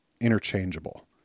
interchangeable